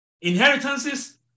inheritances